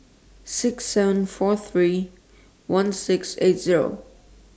six seven four three one six eight Zero